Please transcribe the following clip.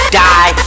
die